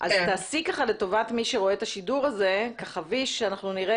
אז תעשי ככה לטובת מי שרואה את השידור הזה ככה וִיש שאנחנו נראה